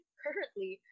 currently